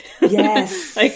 Yes